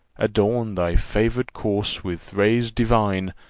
adorn thy favour'd course with rays divine,